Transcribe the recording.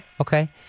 Okay